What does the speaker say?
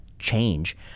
change